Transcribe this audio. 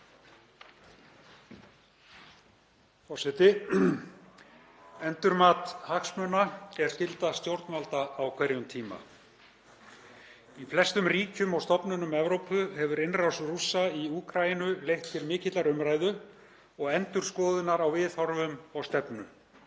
Forseti. Endurmat hagsmuna er skylda stjórnvalda á hverjum tíma. Í flestum ríkjum og stofnunum Evrópu hefur innrás Rússa í Úkraínu leitt til mikillar umræðu og endurskoðunar á viðhorfum og stefnu.